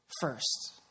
first